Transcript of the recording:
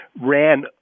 ran